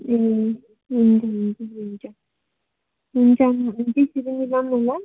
ए हुन्छ हुन्छ हुन्छ हुन्छ ल